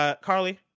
Carly